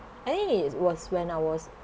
eh it was when I was